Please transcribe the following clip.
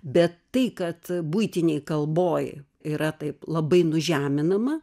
bet tai kad buitinėj kalboj yra taip labai nužeminama